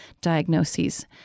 diagnoses